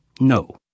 no